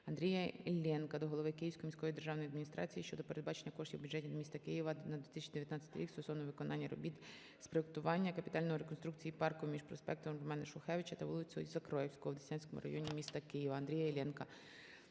Андрія Іллєнка до голови Київської міської державної адміністрації щодо передбачення коштів у бюджеті міста Києва на 2019 рік стосовно виконання робіт з проектування капітальної реконструкції парку між проспектом Романа Шухевича та вулицею Закревського в Деснянському районі міста Києва. Андрія Іллєнка